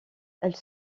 elle